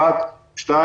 כמו כן,